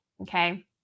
okay